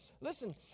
listen